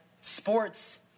sports